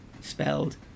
spelled